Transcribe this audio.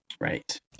right